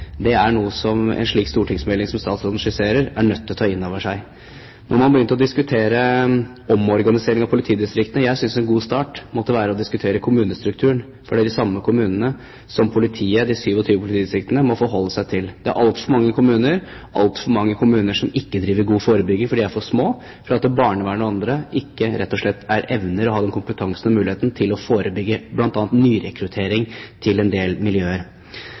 mer er noe som en slik stortingsmelding som statsråden skisserte, er nødt til å ta inn over seg. Da man begynte å diskutere omorganisering av politidistriktene, synes jeg en god start måtte være å diskutere kommunestrukturen, for det er de samme kommunene som de 27 politidistriktene må forholde seg til. Det er altfor mange kommuner som ikke driver god forebygging fordi de er for små, slik at barnevernet og andre rett og slett ikke evner å ha kompetanse og mulighet til å forebygge bl.a. nyrekruttering til en del miljøer.